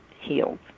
healed